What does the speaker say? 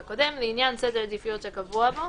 לעניין סדר העדיפויות הקבוע בו,